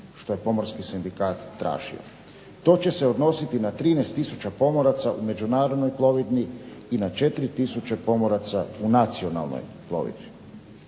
što je i Pomorski sindikat tražio. To će se odnositi na 13000 pomoraca u međunarodnoj plovidbi i na 4000 pomoraca u nacionalnoj plovidbi.